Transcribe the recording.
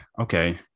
okay